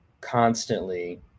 constantly